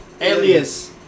Alias